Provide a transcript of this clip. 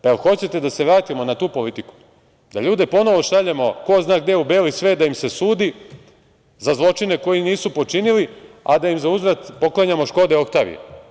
Pa, jel hoćete da se vratimo na tu politiku, da ljude ponovo šaljemo ko zna gde u beli svet da im se sudi za zločine koje nisu počinili, a da im zauzvrat poklanjamo Škode oktavije?